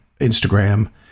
instagram